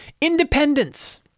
independence